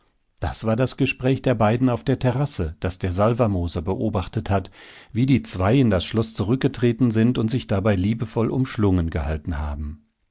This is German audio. das war das gespräch der beiden auf der terrasse das der salvermoser beobachtet hat wie die zwei in das schloß zurückgetreten sind und sich dabei liebevoll umschlungen gehalten haben